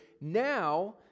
Now